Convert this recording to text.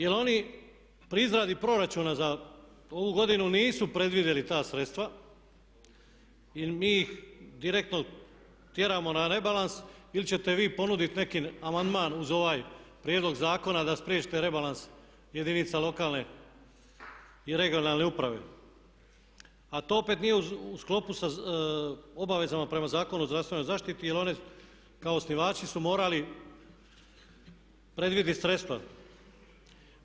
Jer oni pri izradi proračuna za ovu godinu nisu predvidjeli ta sredstva, jer mi ih direktno tjeramo na rebalans ili ćete vi ponuditi neki amandman uz ovaj prijedlog zakona da spriječite rebalans jedinica lokalne i regionalne uprave, a to opet nije u sklopu sa obavezama prema Zakonu o zdravstvenoj zaštiti jer one kao osnivači su morali predvidjeti sredstva.